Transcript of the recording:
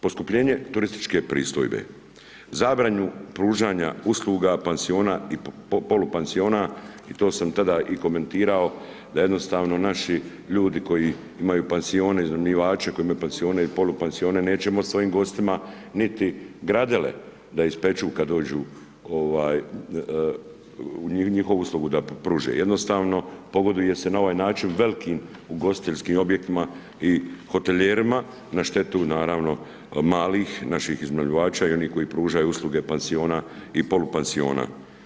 Poskupljenje turističke pristojbe, zabranu pružanja usluga pansiona i polupansiona i to sam tada i komentirao da jednostavno naši ljudi koji imaju pansione, iznajmljivači koji imaju pansione i polupansione nećemo svojim gostima niti gradele da ispeku kad dođu u njihovu uslugu da pruže, jednostavno, pogoduje se na ovaj način velikim ugostiteljskim objektima, i hotelijerima, na štetu naravno malih naših iznajmljivača i onih koji pružanju usluge pansiona i polupansiona.